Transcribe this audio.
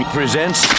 presents